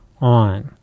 on